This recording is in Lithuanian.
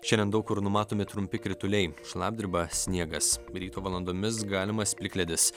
šiandien daug kur numatomi trumpi krituliai šlapdriba sniegas ryto valandomis galimas plikledis